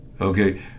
Okay